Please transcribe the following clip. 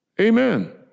Amen